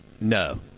No